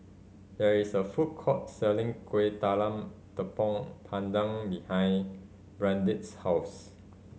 there is a food court selling Kuih Talam Tepong Pandan behind Brandin's house